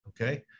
Okay